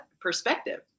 perspective